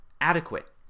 adequate